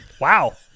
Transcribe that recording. Wow